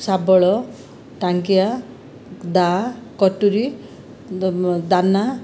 ଶାବଳ ଟାଙ୍ଗିଆ ଦାଆ କଟୁରି ଦାନା